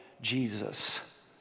Jesus